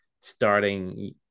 starting